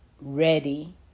ready